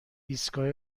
ایستگاه